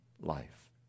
life